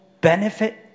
benefit